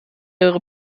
ihre